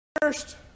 first